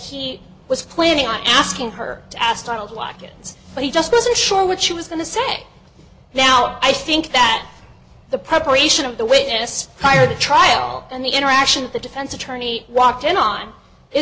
he was planning on asking her to pass title blackens but he just wasn't sure what she was going to say now i think that the preparation of the witness prior to trial and the interaction of the defense attorney walked in on it